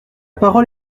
parole